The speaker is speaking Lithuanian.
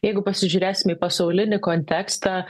jeigu pasižiūrėsim į pasaulinį kontekstą